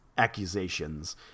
accusations